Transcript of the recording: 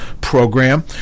program